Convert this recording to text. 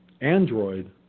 Android